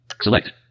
select